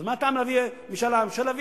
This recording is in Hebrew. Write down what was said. אז מה הטעם להביא חוק משאל עם?